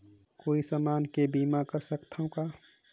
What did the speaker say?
कोई समान के भी बीमा कर सकथव का?